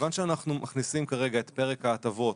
מכיוון שאנחנו מכניסים, כרגע, את פרק ההטבות